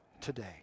today